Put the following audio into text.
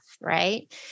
right